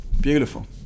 beautiful